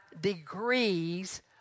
degrees